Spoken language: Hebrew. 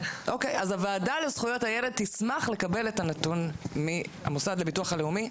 אז הוועדה לזכויות הילד תשמח לקבל את הנתון מהמוסד לביטוח הלאומי.